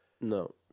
no